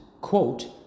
quote